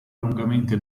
lungamente